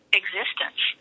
existence